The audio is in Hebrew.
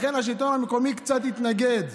לכן השלטון המקומי קצת התנגד.